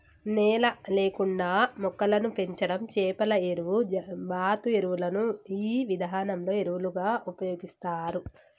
నేల లేకుండా మొక్కలను పెంచడం చేపల ఎరువు, బాతు ఎరువులను ఈ విధానంలో ఎరువులుగా ఉపయోగిస్తారు